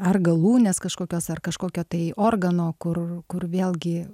ar galūnės kažkokios ar kažkokio tai organo kur kur vėlgi